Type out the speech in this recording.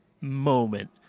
moment